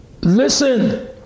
Listen